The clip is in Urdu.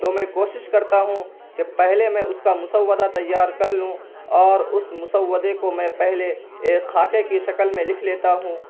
تو میں کوشش کرتا ہوں کہ پہلے میں اس کا مسودہ تیار کر لوں اور اس مسودے کو میں پہلے ایک خاکے کی شکل میں لکھ لیتا ہوں